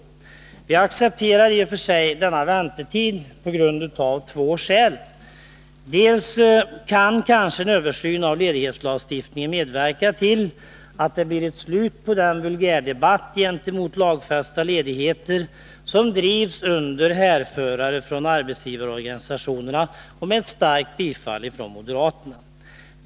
Vi accepterar denna väntetid av två skäl. Dels kan kanske en översyn av ledighetslagstiftningen medverka till att det blir ett slut på den vulgärdebatt gentemot lagfästa ledigheter som drivs under härförare från arbetsgivarorganisationerna och med starkt bifall från moderaterna.